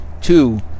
two